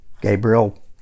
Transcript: Gabriel